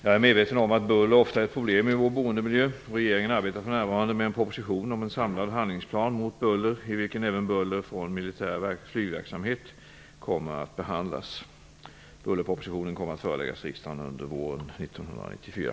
Jag är medveten om att buller ofta är ett problem i vår boendemiljö. Regeringen arbetar för närvarande med en proposition om en samlad handlingsplan mot buller, i vilken även buller från militär flygverksamhet kommer att behandlas. Bullerpropositionen kommer att föreläggas riksdagen under våren 1994.